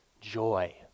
joy